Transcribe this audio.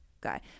guy